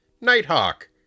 Nighthawk